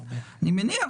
שאומרים: בסדר,